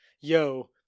yo